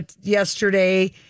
yesterday